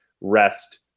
rest